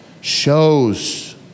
shows